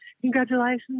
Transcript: Congratulations